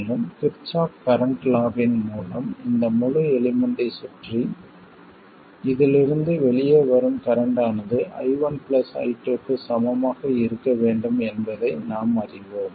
மேலும் Kirchhoff current லாவின் மூலம் இந்த முழு எலிமெண்ட்டைச் சுற்றி இதிலிருந்து வெளியே வரும் கரண்ட் ஆனது I1 I2 க்கு சமமாக இருக்க வேண்டும் என்பதை நாம் அறிவோம்